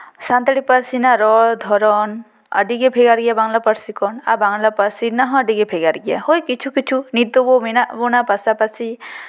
ᱥᱟᱱᱛᱟᱲᱤ ᱯᱟᱹᱨᱥᱤ ᱨᱮᱱᱟᱜ ᱨᱚᱲ ᱫᱷᱚᱨᱚᱱ ᱟᱹᱰᱤᱜᱮ ᱵᱷᱮᱜᱟᱨ ᱜᱮᱭᱟ ᱵᱟᱝᱞᱟ ᱯᱟᱹᱨᱥᱤ ᱠᱷᱚᱱ ᱟᱨ ᱵᱟᱝᱞᱟ ᱯᱟᱹᱨᱥᱤ ᱨᱮᱱᱟᱜ ᱦᱚᱸ ᱟᱹᱰᱤᱜᱮ ᱵᱷᱮᱜᱟᱨ ᱜᱮᱭᱟ ᱦᱳᱭ ᱠᱤᱪᱷᱩ ᱠᱤᱪᱷᱩ ᱱᱤᱛᱚᱜ ᱵᱚ ᱢᱮᱱᱟᱜ ᱵᱚᱱᱟ ᱯᱟᱥᱟᱼᱯᱟᱥᱤ